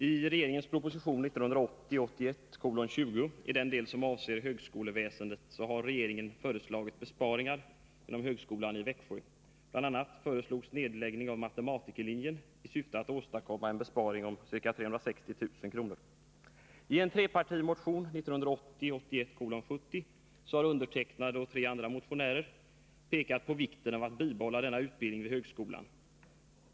Herr talman! I proposition 1980 81:70, har jag tillsammans med tre andra ledamöter pekat på vikten av att bibehålla denna utbildning vid högskolan.